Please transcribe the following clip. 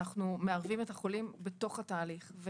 אנחנו מערבים את החולים בתוך התהליך.